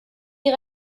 die